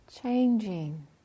changing